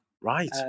right